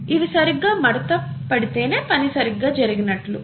అవి సరిగ్గా మడత పడితేనే పని సరిగ్గా జరిగినట్లు